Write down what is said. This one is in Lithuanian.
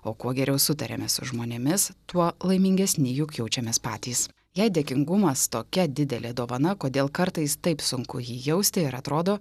o kuo geriau sutariame su žmonėmis tuo laimingesni juk jaučiamės patys jei dėkingumas tokia didelė dovana kodėl kartais taip sunku jį jausti ir atrodo